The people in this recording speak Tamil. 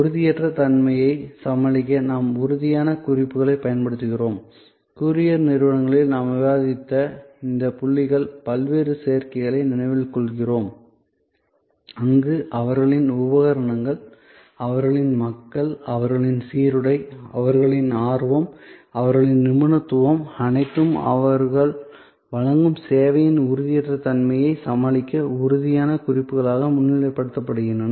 உறுதியற்ற தன்மையை சமாளிக்க நாம் உறுதியான குறிப்புகளைப் பயன்படுத்துகிறோம் கூரியர் நிறுவனங்களில் நாம் விவாதித்த இந்த புள்ளிகள் பல்வேறு சேர்க்கைகளை நினைவில் கொள்கிறோம் அங்கு அவர்களின் உபகரணங்கள் அவர்களின் மக்கள் அவர்களின் சீருடை அவர்களின் ஆர்வம் அவர்களின் நிபுணத்துவம் அனைத்தும் அவர்கள் வழங்கும் சேவையின் உறுதியற்ற தன்மையை சமாளிக்க உறுதியான குறிப்புகளாக முன்னிலைப்படுத்தப்படுகின்றன